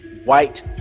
White